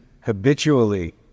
habitually